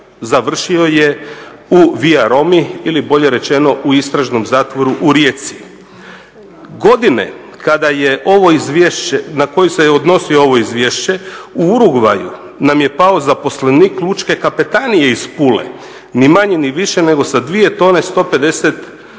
završio je u via romi ili bolje rečeno u istražnom zatvoru u Rijeci. Godine na koje se odnosi ovo izvješće u Urugvaju nam je pao zaposlenik Lučke kapetanije iz Pule, ni manje ni više nego sa 2 tone 150 kg koke.